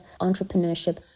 entrepreneurship